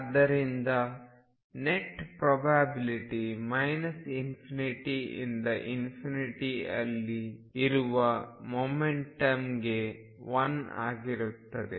ಆದ್ದರಿಂದ net probability −∞ ಇಂದ ∞ ಅಲ್ಲಿ ಇರುವ ಮೊಮೆಂಟಮ್ಗೆ 1 ಆಗಿರುತ್ತದೆ